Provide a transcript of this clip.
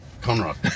Conrad